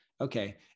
Okay